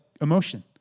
emotion